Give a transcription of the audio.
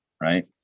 Right